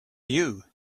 you